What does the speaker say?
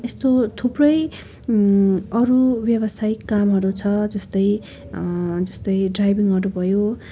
यस्तो थुप्रै अरू व्यावसायिक कामहरू छ जस्तै जस्तै ड्राइभिङहरू भयो